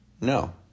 No